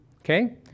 okay